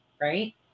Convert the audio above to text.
right